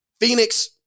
Phoenix